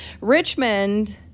Richmond